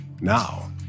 Now